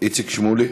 איציק שמולי.